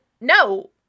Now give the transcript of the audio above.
No